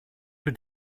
für